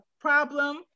problem